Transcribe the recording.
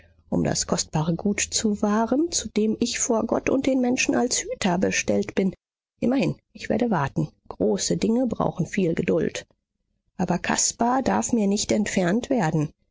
um das kostbare gut zu wahren zu dem ich vor gott und den menschen als hüter bestellt bin immerhin ich werde warten große dinge brauchen viel geduld aber caspar darf mir nicht entfernt werden